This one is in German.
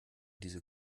diese